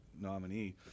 nominee